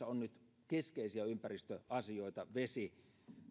on nyt mukana keskeisiä ympäristöasioita vesi